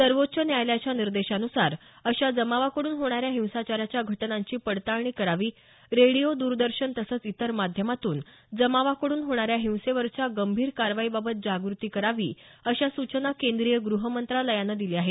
सर्वोच्च न्यायालयाच्या निर्देशांनुसार अशा जमावाकडून होणाऱ्या हिंसाचाराच्या घटनांची पडताळणी करावी रेडीयो दरदर्शन तसंच इतर माध्यमातून जमावाकडून होणाऱ्या हिंसेवरच्या गंभीर कारवाईबाबत जागृती करावी अशा सूचना केंद्रीय गृहमंत्रालयानं दिल्या आहेत